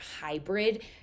hybrid